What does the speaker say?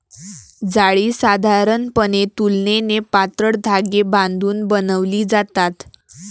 जाळी साधारणपणे तुलनेने पातळ धागे बांधून बनवली जातात